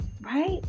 Right